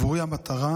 עבורי המטרה